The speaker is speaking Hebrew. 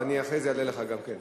אבל אחרי זה אענה לך גם כן.